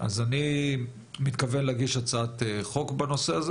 אז אני מתכוון להגיש הצעת חוק בנושא הזה